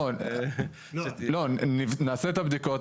לא, נעשה את הבדיקות.